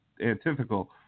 antithetical